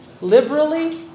liberally